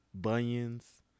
bunions